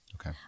Okay